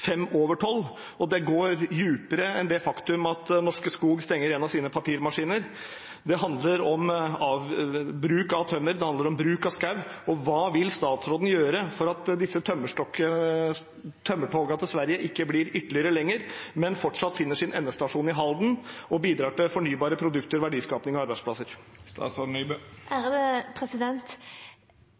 fem over tolv, og dette går dypere enn det faktum at Norske Skog stenger en av sine papirmaskiner. Det handler om bruk av tømmer, det handler om bruk av skog. Hva vil statsråden gjøre for at disse tømmertogene til Sverige ikke blir enda lengre, men fortsatt finner sin endestasjon i Halden og bidrar til fornybare produkter, verdiskaping og arbeidsplasser?